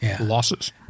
losses